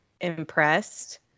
impressed